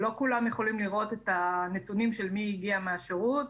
יכולים את הנתונים של מי שהגיע מהשירות,